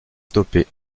stoppé